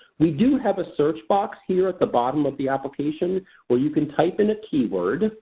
we do have a search box here at the bottom of the application where you can type in a keyword,